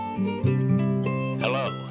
Hello